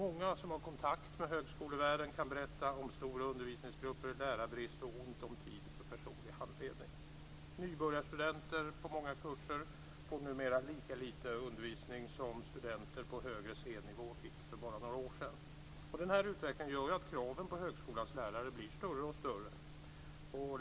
Många som har kontakt med högskolevärlden kan berätta om stora undervisningsgrupper, lärarbrist och ont om tid för personlig handledning. På många kurser får nybörjarstudenter lika lite undervisning som studenter på C-nivå fick för bara några år sedan. Den här utvecklingen gör att kraven på högskolans lärare blir större och större.